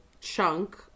chunk